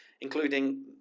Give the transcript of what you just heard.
including